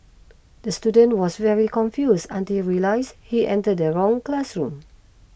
the student was very confuse until realise he entered the wrong classroom